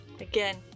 Again